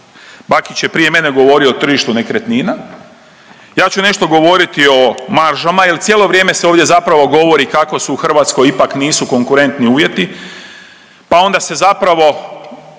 Bakić je prije mene govorio o tržištu nekretnina, ja ću nešto govoriti o maržama jer cijelo vrijeme se ovdje zapravo govori kako su u Hrvatskoj ipak nisu konkurentni uvjeti, pa onda se zapravo